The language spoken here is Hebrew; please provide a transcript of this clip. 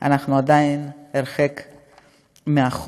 אנחנו עדיין הרחק מאחור.